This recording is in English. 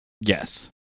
Yes